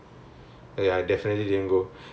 you probably didn't go lah